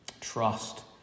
trust